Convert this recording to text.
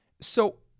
So-